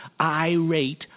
irate